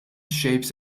shapes